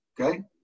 okay